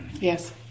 Yes